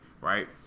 Right